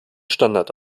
standard